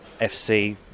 FC